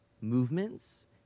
movements